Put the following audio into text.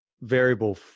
variable